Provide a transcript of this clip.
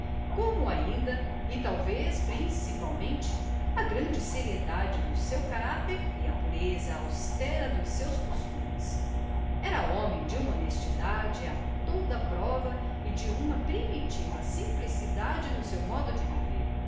como ainda e talvez principalmente a grande seriedade do seu caráter e a pureza austera dos seus costumes era homem de uma honestidade a toda prova e de uma primitiva simplicidade no seu modo de viver